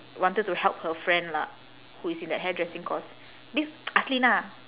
wanted to help her friend lah who is in that hairdressing course this aslinah